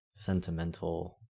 sentimental